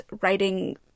writing